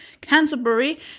Canterbury